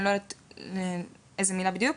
אני לא יודעת איזו מילה בדיוק,